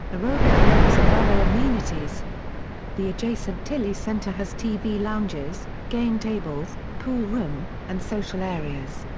aerobic rooms and other amenities the adjacent tilley center has tv lounges, game tables, pool room, and social areas,